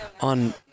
on